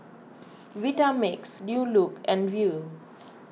Vitamix New Look and Viu